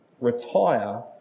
retire